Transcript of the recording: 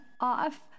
off